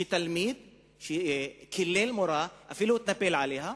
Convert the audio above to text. שתלמיד קילל מורה, אפילו התנפל עליה.